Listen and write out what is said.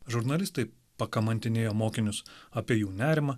žurnalistai pakamantinėjo mokinius apie jų nerimą